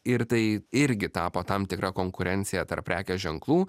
ir tai irgi tapo tam tikra konkurencija tarp prekės ženklų